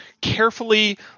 carefully